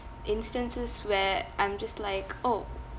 instances where I'm just like !ow!